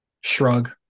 shrug